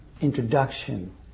Introduction